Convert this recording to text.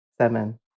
seven